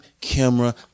camera